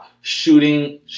Shooting